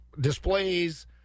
displays